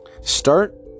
Start